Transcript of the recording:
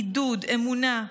עידוד, אמונה,